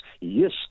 yes